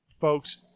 Folks